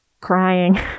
crying